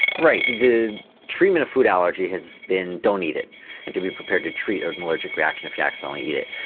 right, the treatment of food allergy has been don't eat it and to be prepared to treat an allergic reaction if you accidentally eat it.